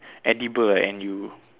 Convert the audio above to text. edible and you